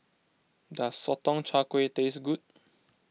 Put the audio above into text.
does Sotong Char Kway taste good